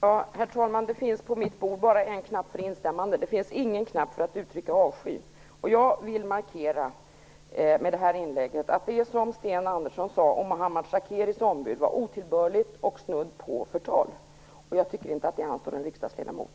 Herr talman! På mitt bord finns det bara en knapp för instämmande. Det finns ingen knapp för att uttrycka avsky. Jag vill med det här inlägget markera att det som Sten Andersson sade om Mohammad Shakeris ombud var otillbörligt och snudd på förtal. Jag tycker inte att det anstår en riksdagsledamot.